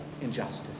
injustice